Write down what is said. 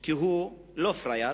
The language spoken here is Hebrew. כי הוא לא פראייר,